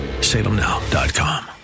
Salemnow.com